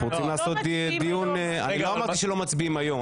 אני לא אמרתי שלא מצביעים היום.